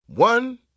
One